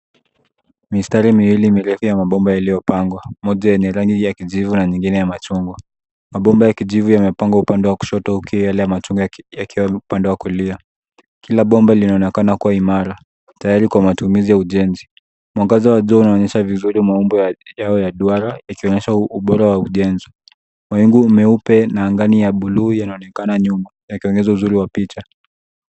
Mistari miwili mirefu ya mabomba yaliyopangwa. Moja yenye rangi ya kijivu na nyingine ya machungwa. Mabomba ya kijivu yamepangwa upande wa kushoto huku yale ya machungwa yakiwa upande wa kulia. Kila bomba linaonekana kuwa imara, tayari kwa matumizi ya ujenzi. Mwangaza wa jua unaonyesha vizuri maumbo ya yao ya duara ikionyesha ubora wa ujenzi. Mawingu meupe na angani ya buluu yanaonekana nyuma, yakiongeza uzuri wa picha.